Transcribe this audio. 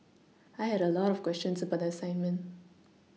I had a lot of questions about the assignment